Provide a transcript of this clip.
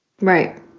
right